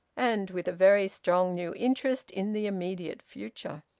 and with a very strong new interest in the immediate future.